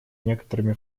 некоторыми